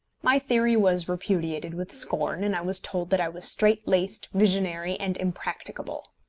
my theory was repudiated with scorn, and i was told that i was strait-laced, visionary, and impracticable!